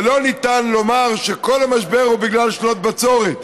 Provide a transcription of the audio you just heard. ולא ניתן לומר שכל המשבר הוא בגלל שנות בצורת.